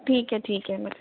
ठीक है ठीक है